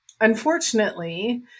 unfortunately